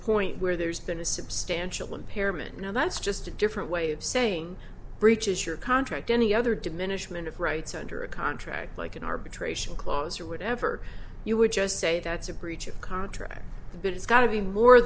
point where there's been a substantial impair and you know that's just a different way of saying breaches your contract any other diminishment of rights under a contract like an arbitration clause or whatever you would just say that's a breach of contract but it's got to be more